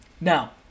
Now